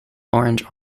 orange